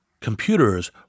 Computers